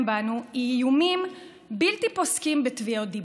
בנו היא איומים בלתי פוסקים בתביעות דיבה.